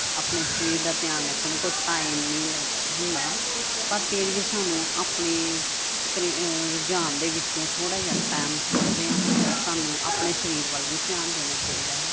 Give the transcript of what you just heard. ਆਪਣੇ ਸਰੀਰ ਦਾ ਧਿਆਨ ਰੱਖਣ ਲਈ ਕੋਈ ਟਾਈਮ ਨਹੀਂ ਲ ਹੁੰਦਾ ਪਰ ਫਿਰ ਵੀ ਸਾਨੂੰ ਆਪਣੇ ਰੁਝਾਨ ਦੇ ਵਿੱਚੋਂ ਥੋੜ੍ਹਾ ਜਿਹਾ ਟਾਈਮ ਸਾਨੂੰ ਆਪਣੇ ਸਰੀਰ ਵੱਲ ਵੀ ਧਿਆਨ ਦੇਣਾ ਚਾਹੀਦਾ ਹੈ